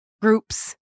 groups